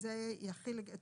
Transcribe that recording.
וזה יחיל את